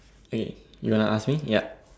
eh you want to ask me yup